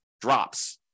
drops